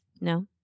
No